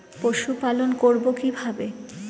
পশুপালন করব কিভাবে?